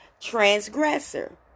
transgressor